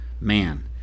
man